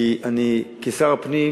כי כשר הפנים,